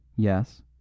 Yes